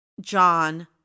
John